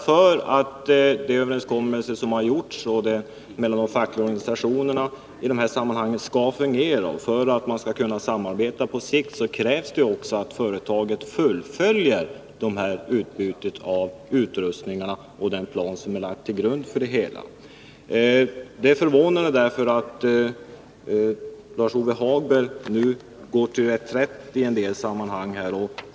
För att de överenskommelser som har träffats mellan de fackliga organisationerna i dessa sammanhang skall fungera, och för att man skall kunna samarbeta på sikt krävs det också att företaget fullföljer utbytet av utrustningar och den plan som lagts till grund för det hela. Det är därför förvånande att Lars-Ove Hagberg nu slår till reträtt i detta sammanhang.